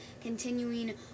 continuing